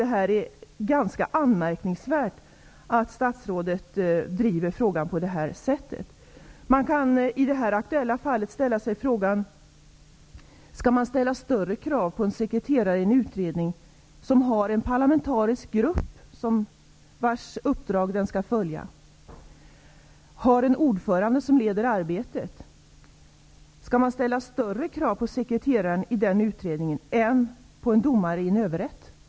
Det är mycket anmärkningsvärt att statsrådet driver frågan på det här sättet. I det aktuella fallet kan man ställa sig frågan: Skall man ställa större krav på en sekreterare i en utredning som har att följa en parlamentariskt sammansatt grupps uppdrag, en grupp som har en ordförande som leder arbetet? Skall man ställa högre krav på sekreteraren än på en domare i en överrätt?